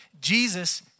Jesus